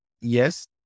Yes